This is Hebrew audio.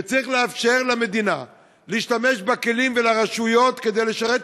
וצריך לאפשר למדינה ולרשויות להשתמש בכלים